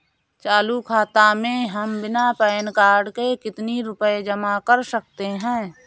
चालू खाता में हम बिना पैन कार्ड के कितनी रूपए जमा कर सकते हैं?